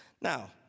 Now